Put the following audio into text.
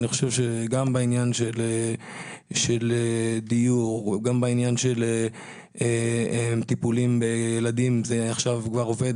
גם העניין של דיור וגם העניין של טיפולים בילדים עובדים כבר עכשיו.